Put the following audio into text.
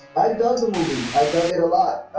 i does a movie i dug it a lot?